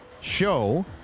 show